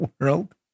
world